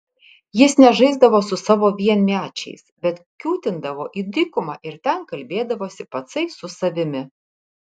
jis nežaisdavo su savo vienmečiais bet kiūtindavo į dykumą ir ten kalbėdavosi patsai su savimi